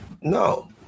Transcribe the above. No